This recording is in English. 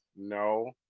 no